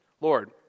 Lord